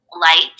light